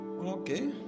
okay